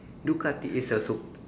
Ducati is a sup~